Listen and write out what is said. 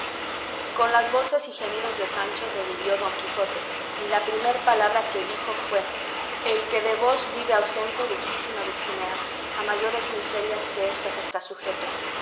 con las voces y gemidos de sancho revivió don quijote y la primer palabra que dijo fue el que de vos vive ausente dulcísima dulcinea a mayores miserias que éstas está sujeto